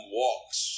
walks